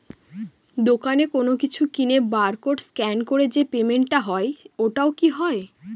দোকানে কোনো কিছু কিনে বার কোড স্ক্যান করে যে পেমেন্ট টা হয় ওইটাও কি হয়?